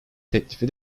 teklifi